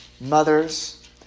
mothers